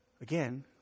Again